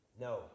No